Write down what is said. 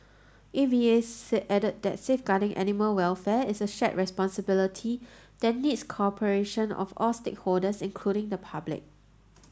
A V A say added that safeguarding animal welfare is a shared responsibility that needs the cooperation of all stakeholders including the public